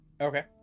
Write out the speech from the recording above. Okay